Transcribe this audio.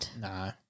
No